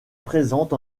présente